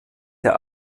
der